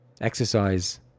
exercise